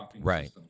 Right